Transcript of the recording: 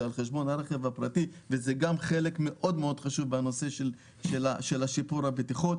על חשבון הרכב הפרטי וזה גם חלק מאוד-מאוד חשוב בנושא שיפור הבטיחות.